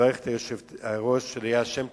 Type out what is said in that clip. לברך את היושבת-ראש ליה שמטוב,